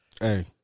Hey